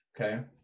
okay